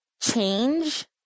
change